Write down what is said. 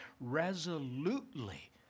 resolutely